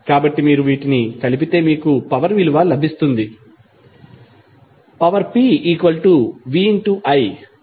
కాబట్టి మీరు వీటిని కలిపితే మీకు పవర్ విలువ లభిస్తుంది